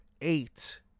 eight